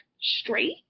straight